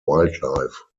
wildlife